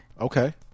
Okay